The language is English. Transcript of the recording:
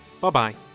Bye-bye